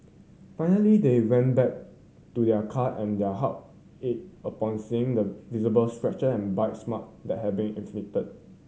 finally they went back to their car and their heart ached upon seeing the visible scratch and bites mark that had been inflicted